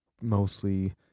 mostly